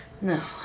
No